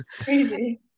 Crazy